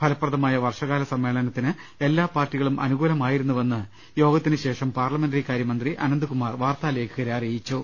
ഫലപ്രദമായ വർഷകാലസമ്മേളനത്തിന് എല്ലാപാർട്ടി കളും അനുകൂലമായിരുന്നുവെന്ന് യോഗത്തിനുശേഷം പാർലമെന്ററി കാര്യ മന്ത്രി അനന്ത്കുമാർ വാർത്താലേഖകരെ അറിയിച്ചു